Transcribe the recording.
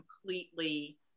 completely